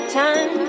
time